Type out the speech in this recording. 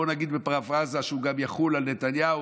בו נגיד בפרפרזה שהוא גם יחול על נתניהו,